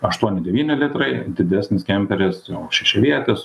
aštuoni devyni litrai didesnis kemperis jau šešiavietis